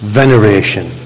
veneration